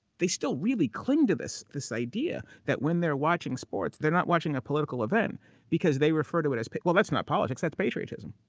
they still really cling to this. this idea that when they're watching sports, they're not watching a political event because they refer to it as. well, that's not politics, that's patriotism.